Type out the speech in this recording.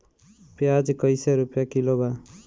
प्याज कइसे रुपया किलो बा?